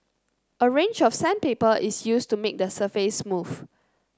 a range of sandpaper is used to make the surface smooth